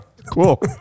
Cool